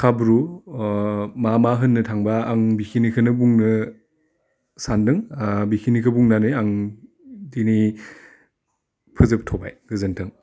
हाब्रु मा मा होननो थांबा आं बिखिनिखोनो बुंनो सानदों ओह बिखिनिखौ बुंनानै आं दिनै फोजोबथबाय गोजोन्थों